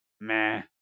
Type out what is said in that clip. Meh